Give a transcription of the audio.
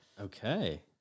Okay